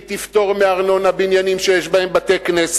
והיא תפטור מארנונה בניינים שיש בהם בתי-כנסת,